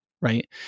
Right